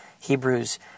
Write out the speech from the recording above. Hebrews